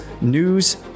news